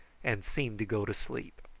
and seemed to go to sleep.